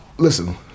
Listen